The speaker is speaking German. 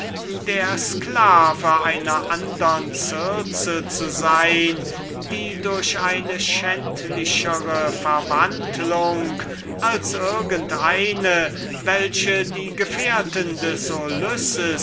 der sklave einer andern circe zu sein die durch eine schändlichere verwandlung als irgend eine von denen welche die gefährten des